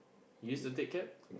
you used to take cab